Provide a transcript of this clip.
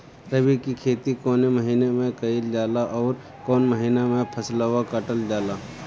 रबी की खेती कौने महिने में कइल जाला अउर कौन् महीना में फसलवा कटल जाला?